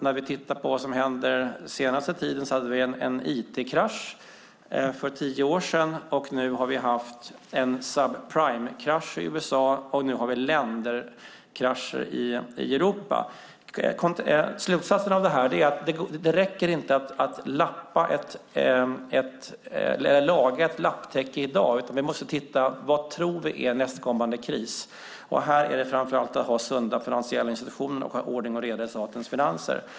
När vi tittar på vad som har hänt på den senaste tiden hade vi en IT-krasch för tio år sedan. Vi har haft en subprimekrasch i USA, och nu har vi länderkrascher i Europa. Slutsatsen av detta är att det inte räcker att laga ett lapptäcke i dag, utan vi måste titta på vad vi tror är nästkommande kris. Här handlar det framför allt om att ha sunda finansiella institutioner och om att ha ordning och reda i statens finanser.